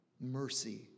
mercy